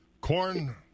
corn